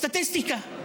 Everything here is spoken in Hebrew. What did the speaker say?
סטטיסטיקה.